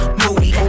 moody